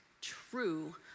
True